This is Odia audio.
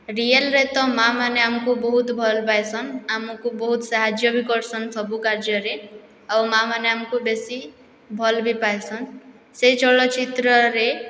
ରିଏଲ୍ରେ ତ ମା'ମାନେ ଆମକୁ ବହୁତ ଭଲ୍ ପାଇସନ୍ ଆମକୁ ବହୁତ ସାହାଯ୍ୟ ବି କର୍ସନ୍ ସବୁ କାର୍ଯ୍ୟରେ ଆଉ ମା'ମାନେ ଆମକୁ ବେଶୀ ଭଲ୍ ବି ପାଇସନ୍ ସେହି ଚଳଚ୍ଚିତ୍ରରେ